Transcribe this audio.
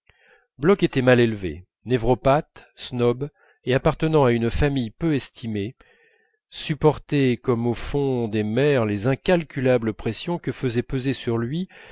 bloch était mal élevé névropathe snob et appartenant à une famille peu estimée supportait comme au fond des mers les incalculables pressions que faisaient peser sur lui